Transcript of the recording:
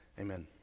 amen